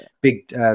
Big